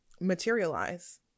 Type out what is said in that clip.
materialize